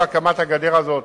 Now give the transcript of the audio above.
כל הקמת הגדר הזאת,